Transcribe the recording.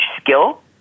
skill